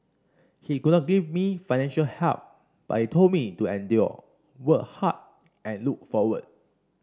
he could not give me financial help but he told me to endure work hard and look forward